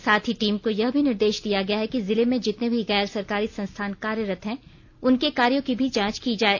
साथ ही टीम को यह भी निर्देश दिया गया है कि जिले में जितने भी गैर सरकारी संस्थान कार्यरत हैं उनके कार्यो की भी जांच की जाय